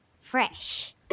fresh